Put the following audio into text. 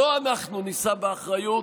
לא אנחנו נישא באחריות,